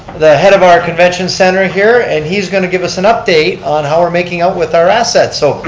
the head of our convention centre here and he going to give us an update on how we're making out with our assets. so,